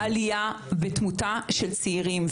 אין עלייה בתמותה של צעירים,